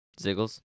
Ziggles